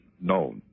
No